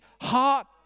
heart